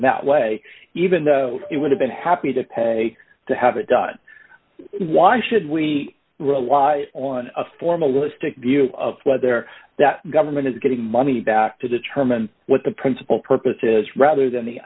that way even though it would have been happy to pay to have it done why should we rely on a formalistic view of whether that government is getting money back to determine what the principal purpose is rather than the